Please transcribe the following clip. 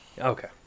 Okay